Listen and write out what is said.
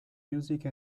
music